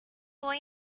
boy